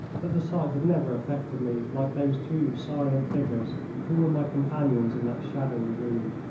but the sight had never affected me like those two silent figures who were my companions in that shadowy room.